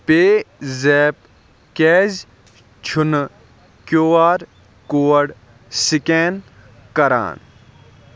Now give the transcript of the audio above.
پے زیپ کیٛازِ چھُنہٕ Q R code scan کَران